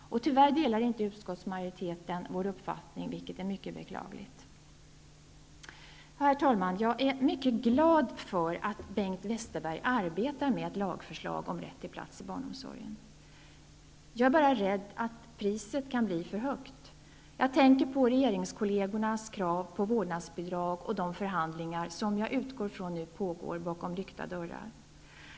Tyvärr delar utskottsmajoriteten inte vår uppfattning. Detta är mycket beklagligt. Herr talman! Jag är mycket glad över att Bengt Westerberg arbetar med ett lagförslag om rätt till en plats inom barnomsorgen. Jag är bara rädd att priset blir för högt. Jag tänker på Bengt Westerbergs regeringskollegors krav på vårdnadsbidrag och de förhandlingar som jag utgår från pågår bakom lyckta dörrar.